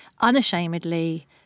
unashamedly